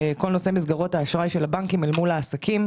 כל נושא מסגרות האשראי של הבנקים אל מול העסקים.